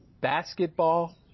basketball